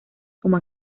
cómo